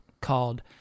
called